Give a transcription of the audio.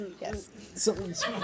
Yes